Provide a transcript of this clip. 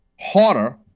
harder